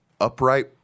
upright